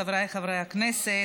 חבריי חברי הכנסת,